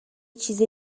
چیز